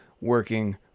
working